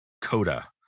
Coda